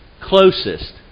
closest